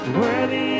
worthy